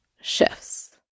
shifts